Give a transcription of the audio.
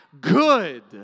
good